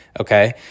okay